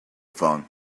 phone